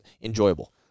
enjoyable